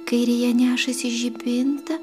kairėje nešasi žibintą